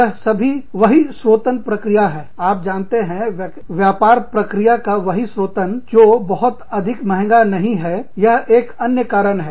यह सभी बहिस्रोतन प्रक्रिया है आप जानते हैं व्यापार प्रक्रिया का बहिस्रोतन जो बहुत अधिक महँगा नहीं है यह एक अन्य कारण है